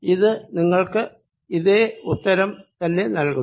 ഇത് നിങ്ങൾക്ക് ഇതേ ഉത്തരം തന്നെ നൽകുന്നു